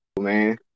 man